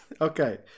okay